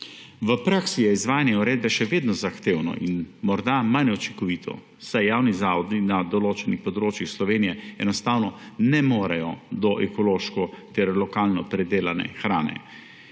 V praksi je izvajanje uredbe še vedno zahtevno in morda manj učinkovito, saj javni zavodi na določenih področjih Slovenije enostavno ne morejo do ekološko ter lokalno pridelane hrane.